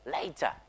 later